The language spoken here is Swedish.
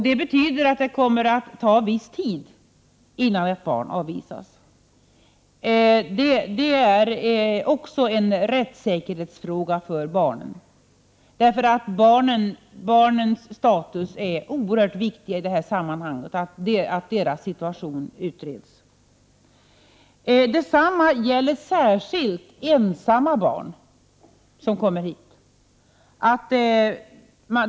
Det betyder att det kommer att ta en viss tid innan ett barn avvisas. Det är här också en fråga om barnens rättssäkerhet. Barnens status är ju oerhört viktig i detta sammanhang, och det är viktigt att deras situation utreds. Detta gäller särskilt ensamma barn som kommer hit.